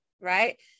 Right